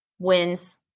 Wins